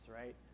right